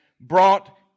brought